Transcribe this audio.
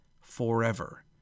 forever